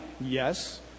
Yes